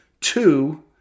Two